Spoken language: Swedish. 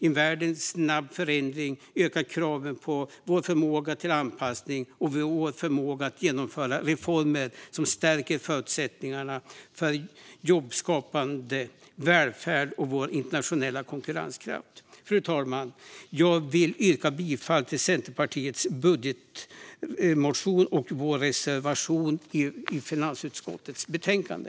En värld i snabb förändring ökar kraven på vår förmåga till anpassning och vår förmåga att genomföra reformer som stärker förutsättningarna för jobbskapande, välfärd och vår internationella konkurrenskraft. Fru talman! Jag vill yrka bifall till Centerpartiets budgetmotion och vår reservation i finansutskottets betänkande.